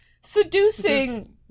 seducing